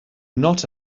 not